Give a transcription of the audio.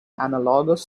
analogous